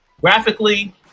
graphically